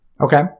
Okay